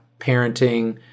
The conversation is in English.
parenting